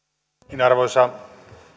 arvoisa